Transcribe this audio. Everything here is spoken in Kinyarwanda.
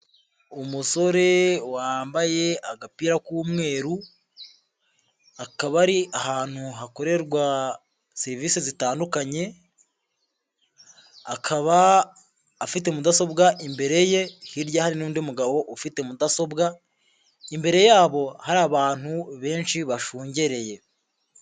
Umusore wambaye agapira k'umweru, akaba ari ahantu hakorerwa serivise zitandukanye, akaba afite mudasobwa imbere ye hirya hari n'undi mugabo ufite mudasobwa, imbere yabo hari abantu benshi bashungereye.